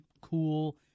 cool